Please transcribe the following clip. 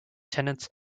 tenants